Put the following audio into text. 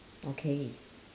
okay